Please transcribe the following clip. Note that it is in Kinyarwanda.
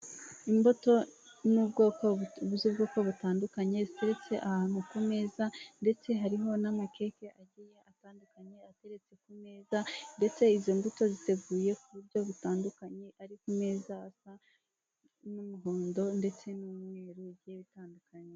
Imbuto z'ubwoko butandukanye ziteretse ahantu kumeza ndetse hariho nama keke agiye atandukanye ateretse kumeza ndetse izi mbuto ziteguye kuburyo butandukanye ari kumeza asa y'umuhondo ndetse n'umweru bigiye bitandukanye.